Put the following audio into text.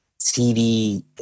TV